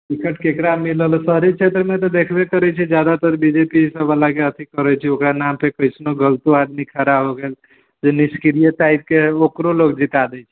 ticket केकरा मिललहै शहरी क्षेत्रमे तऽ देखबै करै छियै जादातर बी जे पी सबबला के अथि करै छै ओकर नामपर गलतो आदमी खड़ा हो गेल तऽ लिस्टमे ताकिके ओकरो लोक जीता दै छै